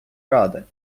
ради